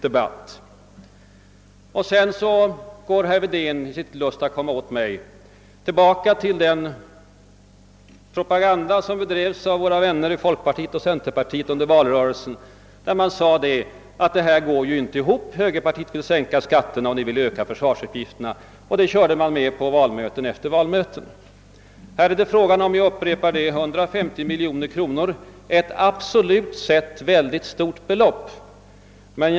Vidare återvänder herr Wedén i sin lust att komma åt mig till den propa ganda som bedrevs av våra vänner i folkpartiet och centerpartiet under valrörelsen, då man sade: »Detta går ju inte ihop! Högerpartiet vill både sänka skatterna och öka försvarsutgifterna.» Det körde man med på valmöte efter valmöte. Nu är det fråga om — jag upprepar det — 150 miljoner kronor, ett absolut sett stort belopp.